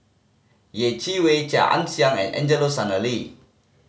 Yeh Chi Wei Chia Ann Siang and Angelo Sanelli